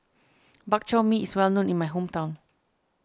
Bak Chor Mee is well known in my hometown